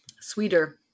Sweeter